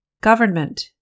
Government